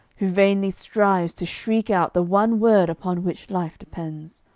who vainly strives to shriek out the one word upon which life depends.